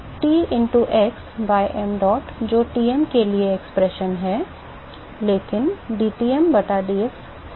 T into x by mdot जो Tm के लिए व्यंजक है लेकिन dTm बटा dx स्थिर है